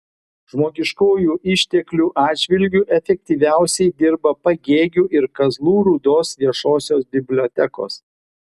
žmogiškųjų išteklių atžvilgiu efektyviausiai dirba pagėgių ir kazlų rūdos viešosios bibliotekos